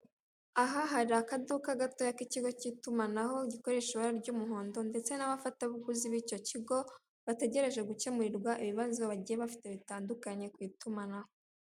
Aha hari akaduka gatoya k'ikigo k'itumanaho gikoresha ibara ry'umuhondo ndetse n'abafatabuguzi b'icyo kigo bategereje gukemurirwa ibibazo bagiye bafite bitandukanye ku itumanaho.